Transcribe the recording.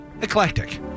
Eclectic